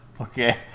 okay